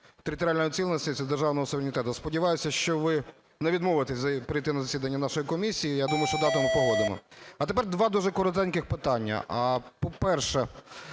територіальної цілісності та державного суверенітету. Сподіваюся, що ви не відмовитесь перейти на засідання нашої комісії, я думаю, що дату ми погодимо. А тепер два дуже коротеньких питання. По-перше,